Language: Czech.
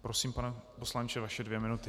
Prosím, pane poslanče, vaše dvě minuty.